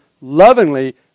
lovingly